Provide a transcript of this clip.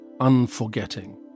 unforgetting